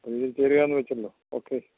അപ്പം ഇതിൽ ചേരുകയെന്നു വെച്ചല്ലോ ഓക്കെ